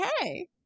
Okay